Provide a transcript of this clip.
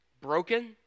broken